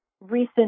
recent